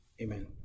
Amen